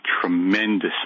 tremendous